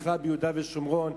בכלל ביהודה ושומרון,